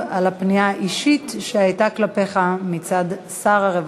הצעת החוק עברה בקריאה ראשונה ותועבר לדיון בוועדת העבודה,